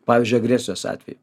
pavyzdžiui agresijos atveju